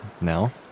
now